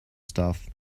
stuff